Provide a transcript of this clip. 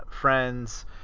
friend's